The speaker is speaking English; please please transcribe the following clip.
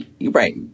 Right